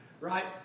right